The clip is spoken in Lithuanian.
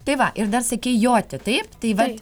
tai va ir dar sakei joti taip tai vat